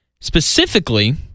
Specifically